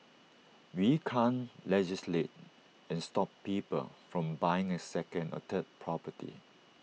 we can't legislate and stop people from buying A second or third property